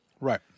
Right